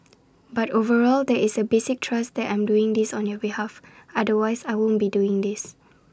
but overall there is that basic trust that I'm doing this on your behalf otherwise I wouldn't be doing this